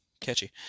catchy